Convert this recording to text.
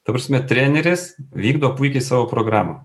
ta prasme treneris vykdo puikiai savo programą